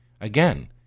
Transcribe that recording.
Again